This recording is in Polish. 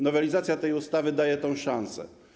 Nowelizacja tej ustawy daje tę szansę.